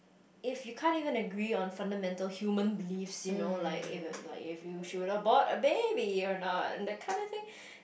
if you can't even agree on fundamental human beliefs you know like if like you should abort a baby or not that kinda thing